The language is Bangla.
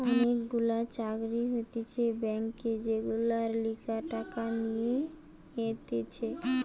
অনেক গুলা চাকরি হতিছে ব্যাংকে যেগুলার লিগে টাকা নিয়ে নিতেছে